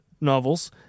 novels